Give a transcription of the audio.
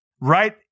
right